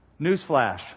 Newsflash